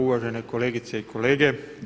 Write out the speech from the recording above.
Uvažene kolegice i kolege.